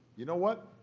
you know what,